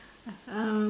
um